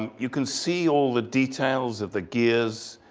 you can see all the details of the gears,